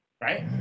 right